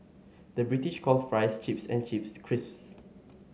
the British calls fries chips and chips crisps